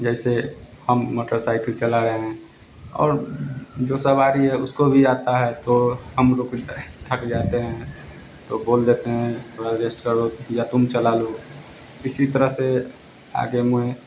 जैसे हम मोटरसाइकिल चला रहे हैं और जो सवारी है उसको भी आता है तो हम लोग थक जाते हैं तो बोल देते हैं थोड़ा रेस्ट करो या तुम चला लो इसी तरह से आगे मैं